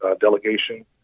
delegation